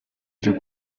deux